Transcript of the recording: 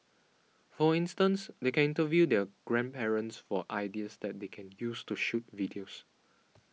for instance they can interview their grandparents for ideas that they can use to shoot videos